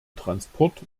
transport